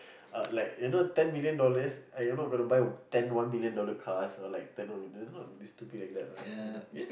uh like you know ten million dollars uh you're not going to buy ten one million dollars cars or like ten one million not like stupid like that lah